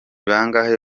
bangahe